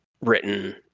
written